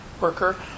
worker